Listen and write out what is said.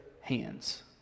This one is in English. hands